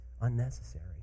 unnecessary